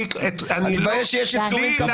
תתבייש שיש יצורים כמוך.